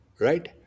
right